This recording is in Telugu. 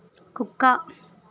కుక్క